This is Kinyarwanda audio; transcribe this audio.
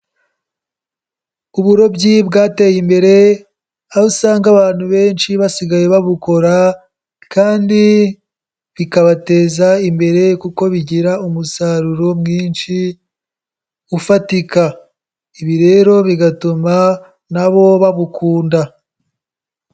Uburobyi bwateye imbere aho usanga abantu benshi basigaye babukora kandi bikabateza imbere kuko bigira umusaruro mwinshi ufatika, ibi rero bigatuma na bo babukunda.